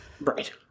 right